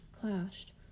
clashed